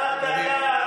תודה רבה.